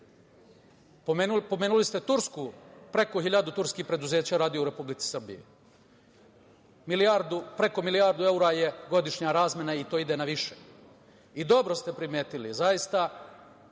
države. Pomenuli ste Tursku. Preko hiljadu turskih preduzeća radi u Republici Srbiji. Preko milijardu evra je godišnja razmena i to ide na više. I dobro ste primetili, zaista